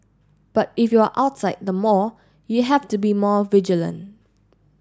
but if you are outside the mall you have to be more vigilant